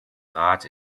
rat